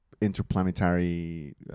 interplanetary